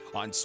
on